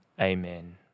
Amen